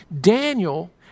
Daniel